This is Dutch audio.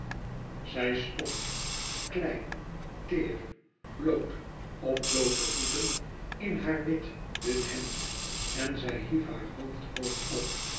zij stond klein teêr bloot op bloote voeten in haar wit dun hemd en zij hief haar hoofd hoog op